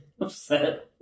upset